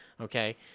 okay